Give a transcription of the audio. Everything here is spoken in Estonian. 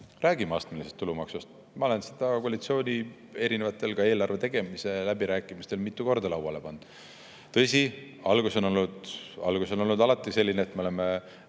räägime astmelisest tulumaksust, ma olen seda koalitsiooni erinevatel, ka eelarve tegemise läbirääkimistel mitu korda lauale pannud. Tõsi, algus on olnud alati selline, et me oleme